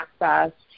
access